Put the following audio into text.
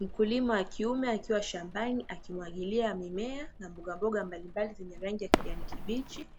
Mkulima wakiume akiwashambani akimwagilia mimia na mbogamboga mbalimbali, zenye rangi ya kijani kibichi,